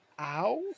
Ow